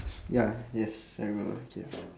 ya yes everyone okay ah